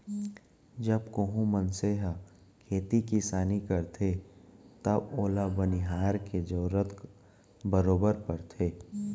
जब कोहूं मनसे ह खेती किसानी करथे तव ओला बनिहार के जरूरत बरोबर परथे